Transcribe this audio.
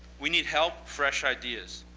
we need help, fresh ideas,